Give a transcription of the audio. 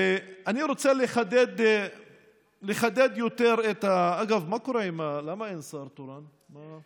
ואני רוצה לחדד, אגב, למה אין שר תורן?